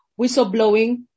whistleblowing